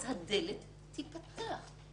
אז הדלת תיפתח.